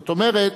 זאת אומרת,